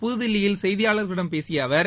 புதுதில்லியில் செய்தியாளர்களிடம் பேசிய அவர்